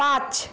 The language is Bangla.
পাঁচ